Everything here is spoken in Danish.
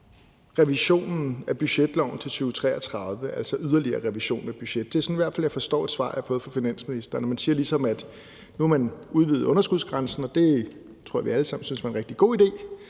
revisionen af budgetloven til 2033, altså yderligere revision af budgettet. Det er i hvert fald sådan, jeg forstår et svar, jeg har fået fra finansministeren. Man siger ligesom, at nu har man udvidet underskudsgrænsen, og det tror jeg vi alle sammen synes var en rigtig god idé.